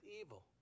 evil